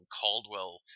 Caldwell